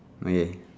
grey